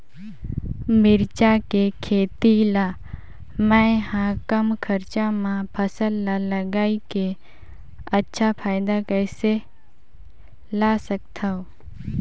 मिरचा के खेती ला मै ह कम खरचा मा फसल ला लगई के अच्छा फायदा कइसे ला सकथव?